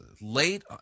Late